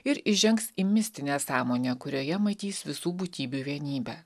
ir įžengs į mistinę sąmonę kurioje matys visų būtybių vienybę